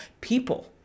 people